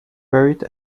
buried